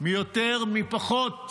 מי יותר, מי פחות.